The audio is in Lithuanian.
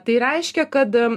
tai reiškia kad